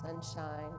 sunshine